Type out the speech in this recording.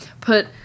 put